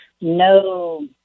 no